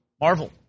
Marvel